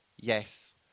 yes